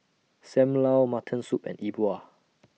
SAM Lau Mutton Soup and E Bua